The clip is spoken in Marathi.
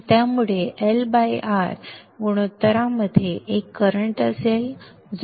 त्यामुळे LR गुणोत्तरामध्ये एक करंट असेल जो क्षय होत असेल